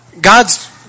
God's